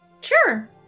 Sure